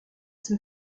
dem